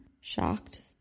shocked